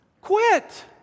quit